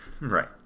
Right